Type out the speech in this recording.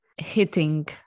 hitting